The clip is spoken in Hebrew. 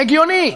הגיוני.